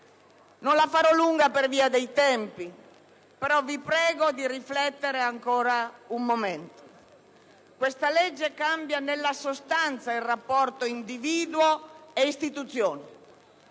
Non la farò lunga per via dei tempi. Però, vi prego di riflettere ancora un momento. Questa legge cambia nella sostanza il rapporto individuo-istituzioni